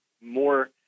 more